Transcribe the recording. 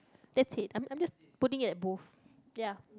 that's it I'm I'm just putting it as both ya